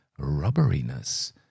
rubberiness